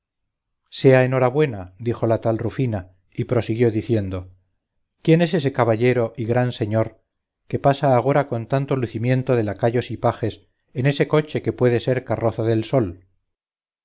en hora buena dijo la tal rufina y prosiguió diciendo quién es este caballero y gran señor que pasa agora con tanto lucimiento de lacayos y pajes en ese coche que puede ser carroza del sol